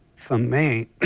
for me,